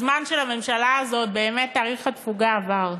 הזמן של הממשלה הזאת, באמת, תאריך התפוגה עבר.